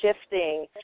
shifting